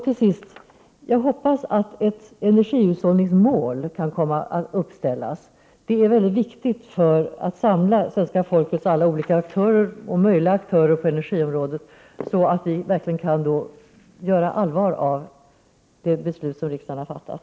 Till sist: Jag hoppas att ett energihushållningsmål kan komma att uppställas. Det är viktigt för att samla svenska folkets alla aktörer och möjliga aktörer på energiområdet, så att vi verkligen kan göra allvar av det beslut som riksdagen har fattat.